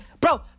bro